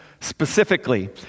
specifically